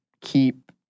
keep